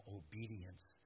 obedience